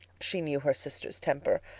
she knew her sister's temper.